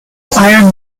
iron